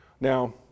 Now